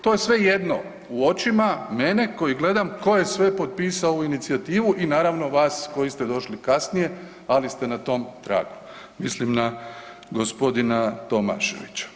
To je sve jedno u očima mene koji gledam ko je sve potpisao ovu inicijativu i naravno vas koji ste došli kasnije, ali ste na tom tragu, mislim na g. Tomaševića.